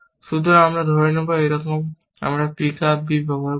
সুতরাং আমরা ধরে নেব যে একরকম আমরা পিক আপ b ব্যবহার করি